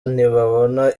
ntibabona